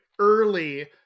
early